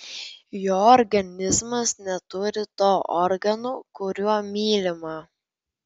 jo organizmas neturi to organo kuriuo mylima